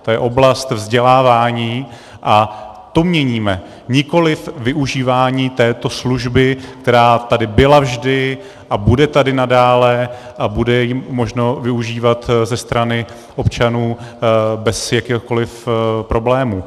To je oblast vzdělávání a to měníme, nikoliv využívání této služby, která tady byla vždy a bude tady nadále a bude ji možno využívat ze strany občanů bez jakéhokoliv problému.